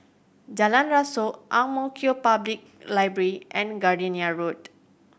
Jalan Rasok Ang Mo Kio Public Library and Gardenia Road